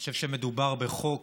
אני חושב שמדובר בחוק